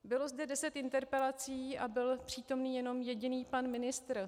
Bylo zde deset interpelací a byl přítomný jenom jediný pan ministr.